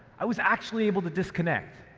i was actually able to disconnect,